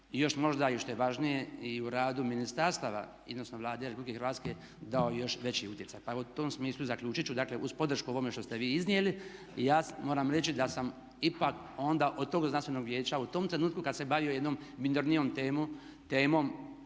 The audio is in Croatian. još možda i što je važnije i u radu ministarstava odnosno Vlade RH dao i još veći utjecaj. Pa evo u tom smislu zaključit ću, znači uz podršku ovome što ste vi iznijeli ja moram reći da sam ipak onda od tog znanstvenog vijeća u tom trenutku kad se bavio jednom minornijom temom